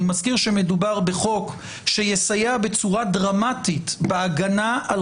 אני מזכיר שמדובר בחוק שיסייע בצורה דרמטית בהגנה על